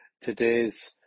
today's